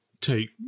take